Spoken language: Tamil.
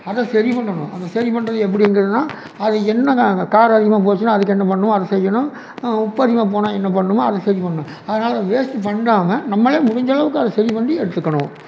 அதை சரி பண்ணனும் அதை சரி பண்ணுறது எப்படிங்கிறதுதான் அது என்ன க காரம் அதிகமாக போச்சுன்னா அதுக்கு என்ன பண்ணும் அதை செய்யணும் உப்பு அதிகமாக போனால் என்ன பண்ணுமோ அதை சரி பண்ணும் அதனால வேஸ்ட்டு பண்ணிடாம நம்மளே முடிஞ்ச அளவுக்கு அதை சரிப் பண்ணி எடுத்துக்கணும்